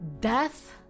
death